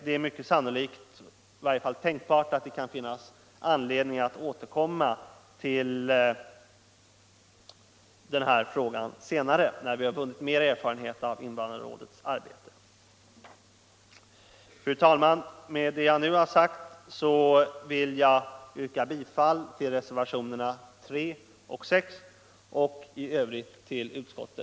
Det är sannolikt — i varje fall tänkbart — att det finns anledning att återkomma till denna fråga senare, när vi har fått mer erfarenhet av invandrarrådets arbete.